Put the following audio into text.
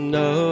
no